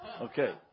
Okay